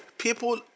People